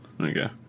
Okay